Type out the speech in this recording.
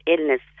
illness